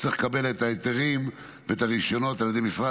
צריך לקבל את ההיתרים ואת הרישיונות ממשרד